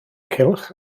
cylch